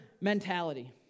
mentality